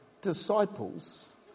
disciples